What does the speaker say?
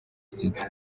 studio